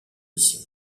mission